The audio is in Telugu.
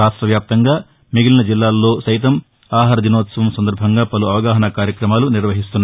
రాష్ట వ్యాప్తంగా మిగతా జిల్లాల్లో సయితం ఆహార దినోత్సవం సందర్బంగా పలు అవగాహనా కార్యక్రమాలను నిర్వహించారు